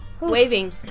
Waving